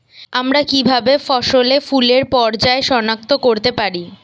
আমরা কিভাবে ফসলে ফুলের পর্যায় সনাক্ত করতে পারি?